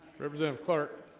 representative clark